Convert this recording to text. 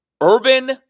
Urban